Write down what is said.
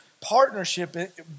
partnership